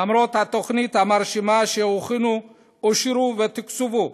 למרות התוכניות המרשימות שהוכנו, אושרו ותוקצבו,